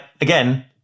again